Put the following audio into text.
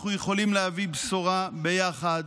אנחנו יכולים להביא בשורה ביחד.